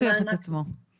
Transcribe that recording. הוכיח את עצמו.